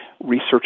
research